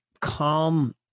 calm